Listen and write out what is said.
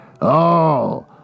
Oh